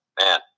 man